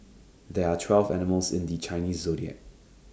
there are twelve animals in the Chinese Zodiac